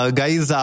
guys